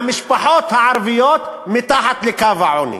מהמשפחות הערביות מתחת לקו העוני,